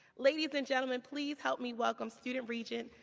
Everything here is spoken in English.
ladies and gentlemen, please help me welcome student regent,